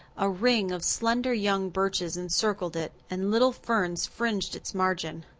a ring of slender young birches encircled it and little ferns fringed its margin.